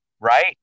Right